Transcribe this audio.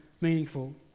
meaningful